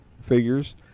figures